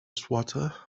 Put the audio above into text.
swatter